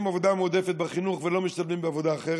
עבודה מועדפת בחינוך ולא משתלבים בעבודה אחרת,